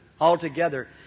altogether